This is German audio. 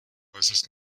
äußerst